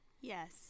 Yes